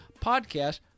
podcast